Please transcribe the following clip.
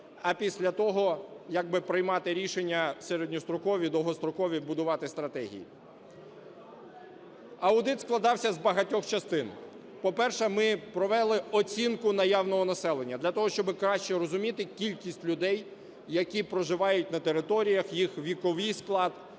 а після того як би приймати рішення середньострокові, довгострокові і будувати стратегію. Аудит складався з багатьох частин. По-перше, ми провели оцінку наявного населення для того, щоби краще розуміти кількість людей, які проживають на територіях, їх віковий склад,